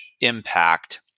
impact